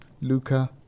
Luca